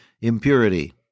impurity